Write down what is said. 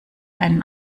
einen